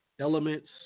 elements